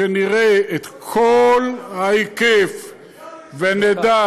כשנראה את כל ההיקף ונדע,